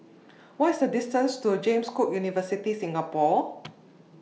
What IS The distance to James Cook University Singapore